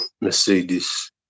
Mercedes